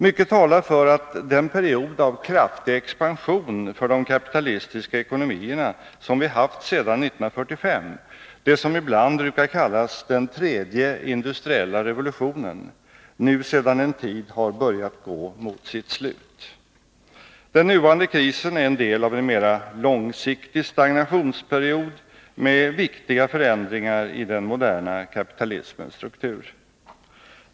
Mycket talar för att den period av kraftig expansion för de kapitalistiska ekonomierna som vi haft sedan 1945, det som ibland kallas den tredje industriella revolutionen, nu sedan en tid har börjat gå mot sitt slut. Den nuvarande krisen är en del av en mera långsiktig stagnationsperiod med viktiga förändringar i den moderna kapitalismens struktur.